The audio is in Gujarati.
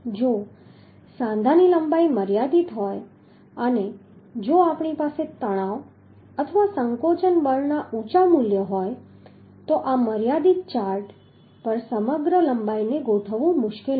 જો સાંધાની લંબાઈ મર્યાદિત હોય અને જો આપણી પાસે તણાવ અથવા સંકોચન બળના ઊંચા મૂલ્યો હોય તો આ મર્યાદિત ચાર્ટ પર સમગ્ર લંબાઈને ગોઠવવુ મુશ્કેલ છે